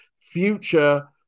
future